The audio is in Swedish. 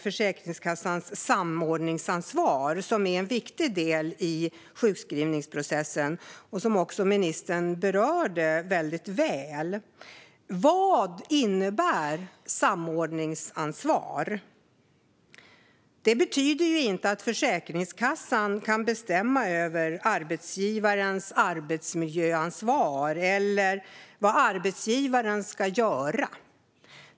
Försäkringskassans samordningsansvar är en viktig del i sjukskrivningsprocessen, och ministern berörde detta väldigt väl. Vad innebär samordningsansvar? Det betyder ju inte att Försäkringskassan kan bestämma över arbetsgivarens arbetsmiljöansvar eller vad arbetsgivaren ska göra.